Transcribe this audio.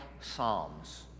psalms